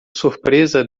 surpresa